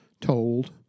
told